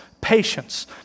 patience